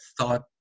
thought